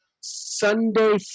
Sunday